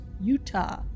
Utah